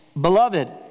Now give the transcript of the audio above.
Beloved